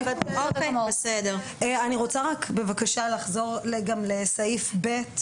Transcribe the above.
אני רוצה לחזור לסעיף (ב)